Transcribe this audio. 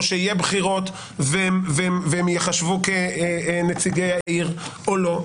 או שיהיו בחירות והם ייחשבו כנציגי העיר או לא.